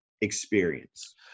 experience